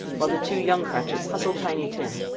while the two young cratchits hustled tiny tim,